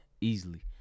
easily